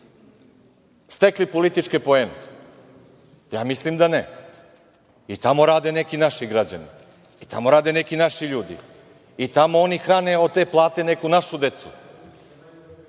stekli političke poene? Ja mislim da ne. I tamo rade neki naši građani, i tamo rade neki naši ljudi, i tamo oni hrane od te plate neku našu decu.